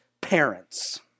parents